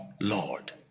Lord